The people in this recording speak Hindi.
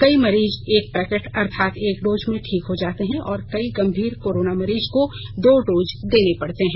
कई मरीज एक पैकेट अर्थात एक डोज में ठीक हो जाते हैं और कई गंभीर कोरोना मरीज को दो डोज देने पड़ते हैं